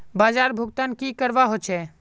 बाजार भुगतान की करवा होचे?